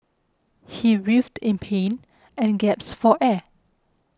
he writhed in pain and gasped for air